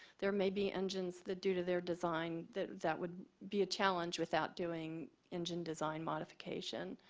there may be engines that due to their design that that would be a challenge without doing engine design modification.